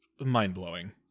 mind-blowing